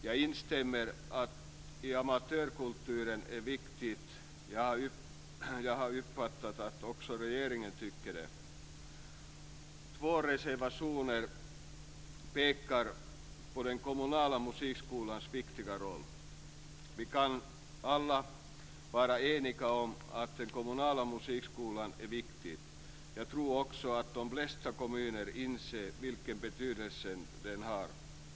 Jag instämmer i att amatörkulturen är viktig. Jag har uppfattat att också regeringen tycker så. Två reservationer pekar på den kommunala musikskolans viktiga roll. Vi kan alla vara eniga om att den kommunala musikskolan är viktig. Jag tror också att de flesta kommuner inser vilken betydelse den har.